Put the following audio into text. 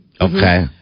Okay